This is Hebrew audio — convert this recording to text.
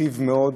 מכאיב מאוד,